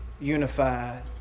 unified